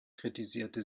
kritisierte